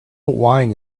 wine